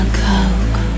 coke